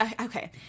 Okay